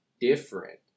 different